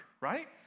Right